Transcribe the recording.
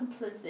complicit